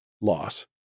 loss